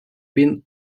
been